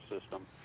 system